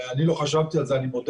אני לא חשבתי על זה, אני מודה,